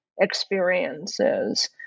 experiences